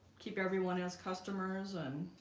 keep everyone as customers and